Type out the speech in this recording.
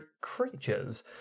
creatures